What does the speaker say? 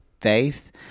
faith